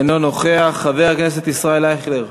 אינו נוכח, חבר הכנסת ישראל אייכלר,